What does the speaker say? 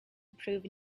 improve